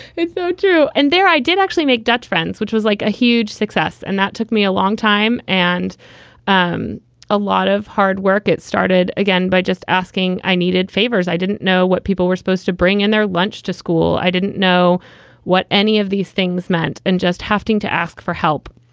it's so true and there i didn't actually make dutch friends, which was like a huge success. and that took me a long time and um a lot of hard work. it started again by just asking. i needed favors. i didn't know what people were supposed to bring in their lunch to school. i didn't know what any of these things meant and just having to ask for help.